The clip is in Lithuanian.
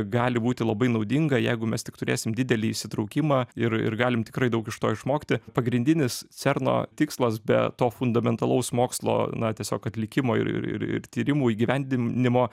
gali būti labai naudinga jeigu mes tik turėsim didelį įsitraukimą ir ir galim tikrai daug iš to išmokti pagrindinis cerno tikslas be to fundamentalaus mokslo na tiesiog atlikimo ir ir ir tyrimų įgyvendinimo